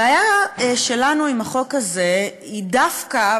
הבעיה שלנו עם החוק הזה היא דווקא,